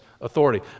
Authority